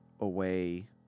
away